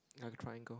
ya the triangle